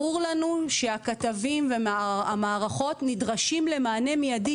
ברור לנו שהכתבים והמערכות נדרשים למענה מידי.